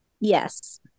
Yes